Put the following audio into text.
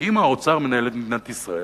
אם האוצר מנהל את מדינת ישראל,